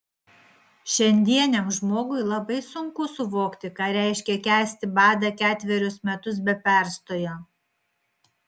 šiandieniam žmogui labai sunku suvokti ką reiškia kęsti badą ketverius metus be perstojo